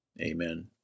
Amen